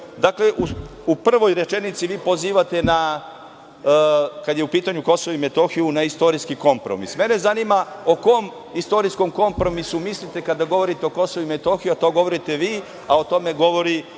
Dakle, u prvoj rečenici vi pozivate, kada je u pitanju Kosovo i Metohija, na istorijski kompromis. Mene zanima o kom istorijskom kompromisu mislite kada govorite o Kosovu i Metohiji? To govorite vi, a o tome govori